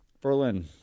Berlin